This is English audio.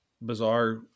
bizarre